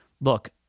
Look